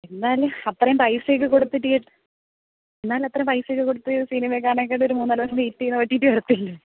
എന്നാലും അത്രയും പൈസയൊക്കെ കൊടുത്ത് എന്നാൽ അത്രയും പൈസ ഒക്കെ കൊടുത്ത് സിനിമേക്കെ കാണുന്നതിനെക്കാട്ടിലും ഒരു മൂന്നുനാല് ദിവസം വേയ്റ്റ് ചെയ്താൽ ഓ റ്റീ റ്റി വരത്തില്ലേ